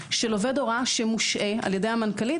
עובד הוראה שמושעה על ידי המנכ"לית